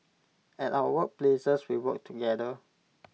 at our work places we work together